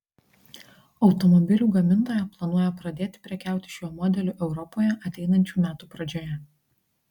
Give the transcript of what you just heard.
automobilių gamintoja planuoja pradėti prekiauti šiuo modeliu europoje ateinančių metų pradžioje